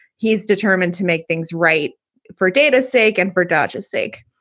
he's determined to make things right for data sake and for dodge's sake.